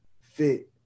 fit